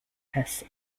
has